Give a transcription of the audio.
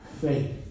Faith